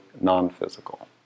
non-physical